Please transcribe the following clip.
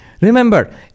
Remember